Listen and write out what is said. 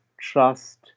trust